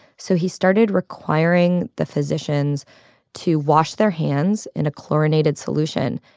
so he started requiring the physicians to wash their hands in a chlorinated solution,